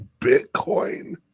Bitcoin